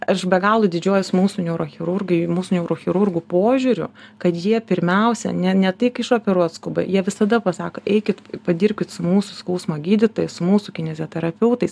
aš be galo didžiuojuos mūsų neurochirurgai mūsų neurochirurgų požiūriu kad jie pirmiausia ne ne tik iš operuot skuba jie visada pasako eikit padirbkit su mūsų skausmo gydytojais su mūsų kineziterapeutais